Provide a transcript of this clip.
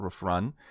run